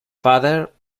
father